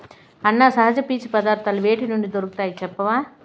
అన్నా, సహజ పీచు పదార్థాలు వేటి నుండి దొరుకుతాయి చెప్పవా